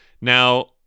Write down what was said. Now